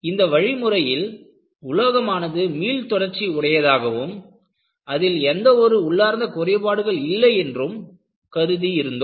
இந்த வழிமுறையில் உலோகமானது மீள் தொடர்ச்சி உடையதாகவும் அதில் எந்த ஒரு உள்ளார்ந்த குறைபாடுகள் இல்லை என்றும் கருதி இருந்தோம்